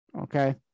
Okay